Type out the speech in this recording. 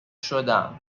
شدم